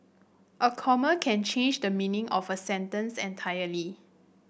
a comma can change the meaning of a sentence entirely